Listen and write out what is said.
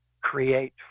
create